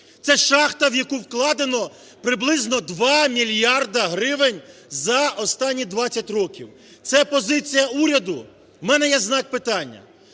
Це шахта, в яку вкладено приблизно 2 мільярда гривень за останні 20 років. Це позиція уряду? В мене є знак питання.